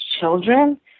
children